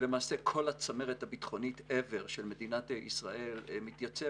למעשה כל הצמרת הביטחונית ever של מדינת ישראל מתייצבת